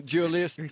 Julius